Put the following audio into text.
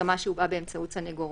בהסכמה שהובאה באמצעות סנגורו.